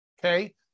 Okay